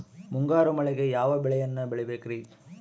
ಮುಂಗಾರು ಮಳೆಗೆ ಯಾವ ಬೆಳೆಯನ್ನು ಬೆಳಿಬೇಕ್ರಿ?